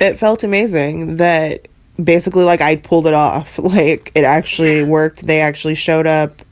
it felt amazing that basically, like, i pulled it off, like it actually worked. they actually showed up.